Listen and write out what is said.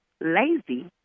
Lazy